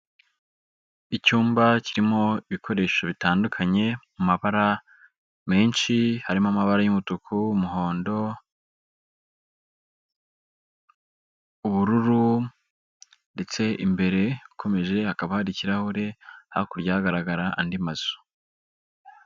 Icyumba kirimo ibikoresho bitandukanye mu mabara menshi harimo amabara y'umutuku, umuhondo, ubururu ndetse imbere ukomeje hakaba hari ikirahure hakurya hagaragara andi mazu.